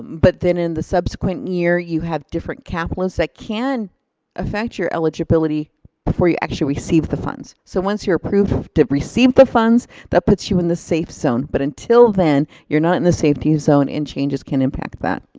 but then in the subsequent year you have different cap loads, that can affect your eligibility before you actually receive the funds. so once you're approved to receive the funds that puts you in the safe zone. but until then, you're not in the safety zone and changes can impact that.